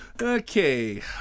Okay